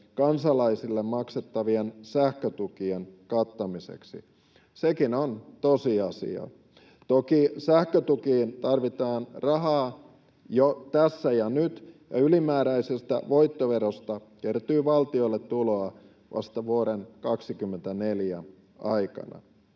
kansalaisille maksettavien sähkötukien kattamiseksi. Sekin on tosiasia. Toki sähkötukiin tarvitaan rahaa jo tässä ja nyt, ja ylimääräisestä voittoverosta kertyy valtiolle tuloa vasta vuoden 24 aikana.